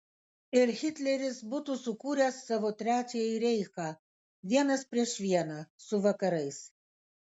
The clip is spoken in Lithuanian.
ir hitleris būtų sukūręs savo trečiąjį reichą vienas prieš vieną su vakarais